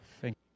Thank